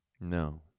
No